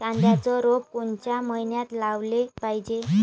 कांद्याचं रोप कोनच्या मइन्यात लावाले पायजे?